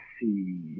see